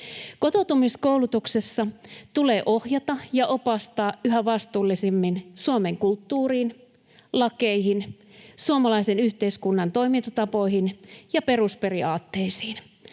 Kotoutumiskoulutuksessa tulee ohjata ja opastaa yhä vastuullisemmin Suomen kulttuuriin, lakeihin, suomalaisen yhteiskunnan toimintatapoihin ja perusperiaatteisiin.